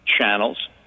channels